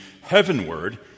heavenward